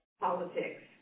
politics